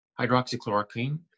hydroxychloroquine